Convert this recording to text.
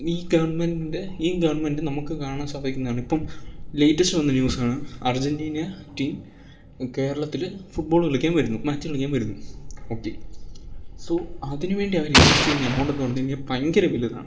ഇനി ഈ ഗവൺമെൻറിൻ്റെ ഈ ഗവൺമെൻ്റ് നമുക്ക് കാണാൻ സാധിക്കുന്നതാണ് ഇപ്പം ലേറ്റസ്റ്റ് വന്ന ന്യൂസാണ് അർജൻന്റീന ടീം കേരളത്തിൽ ഫുട്ബോള് കളിക്കാൻ വരുന്നു മാച്ച് കളിക്കാൻ വരുന്നു ഓക്കെ സോ അതിന് വേണ്ടി അവർ ഇൻവെസ്റ്റ് ചെയ്യുന്ന എമൗണ്ട് എന്ന് പറഞ്ഞുകഴിഞ്ഞാൽ ഭയങ്കര വലുതാണ്